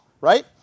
right